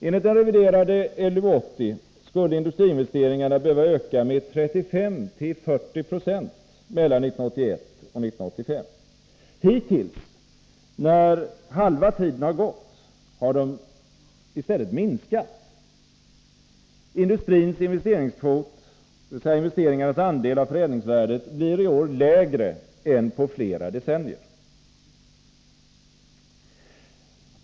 Enligt den reviderade LU 80 skulle industriinvesteringarna behöva öka med 35-40 90 mellan 1981 och 1985. Hittills — när halva tiden gått — har de i stället minskat. Industrins investeringskvot — investeringarnas andel av förädlingsvärdet — blir i år lägre än på flera decennier.